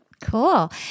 Cool